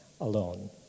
alone